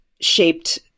shaped